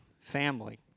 family